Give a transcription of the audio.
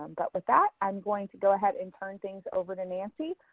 um but with that, i'm going to go ahead and turn things over to nancy,